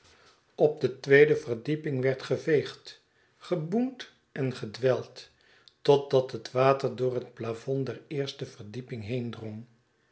op de tweede verdieping werd geveegd geboend en gedwijld totdat net water door het plafond der eerste verdieping